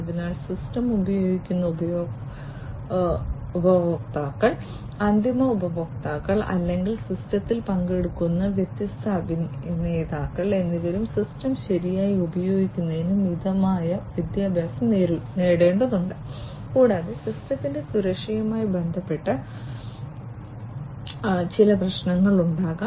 അതിനാൽ സിസ്റ്റം ഉപയോഗിക്കുന്ന ഉപയോക്താക്കൾ അന്തിമ ഉപയോക്താക്കൾ അല്ലെങ്കിൽ സിസ്റ്റത്തിൽ പങ്കെടുക്കുന്ന വ്യത്യസ്ത അഭിനേതാക്കൾ എന്നിവരും സിസ്റ്റം ശരിയായി ഉപയോഗിക്കുന്നതിന് മതിയായ വിദ്യാഭ്യാസം നേടേണ്ടതുണ്ട് കൂടാതെ സിസ്റ്റത്തിന്റെ സുരക്ഷയുമായി ബന്ധപ്പെട്ട് ചില പ്രശ്നങ്ങൾ ഉണ്ടാകാം